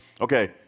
Okay